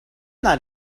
not